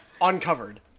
uncovered